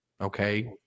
Okay